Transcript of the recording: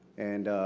and,